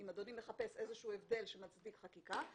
אם אדוני מחפש איזשהו הבדל שמצדיק חקיקה,